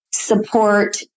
support